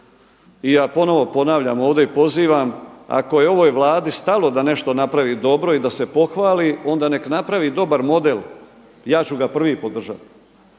I ja ponovo ponavljam ovdje i pozivam ako je ovoj Vladi stalo da nešto napravi dobro i da se pohvali, onda nek' napravi dobar model. Ja ću ga prvi podržati,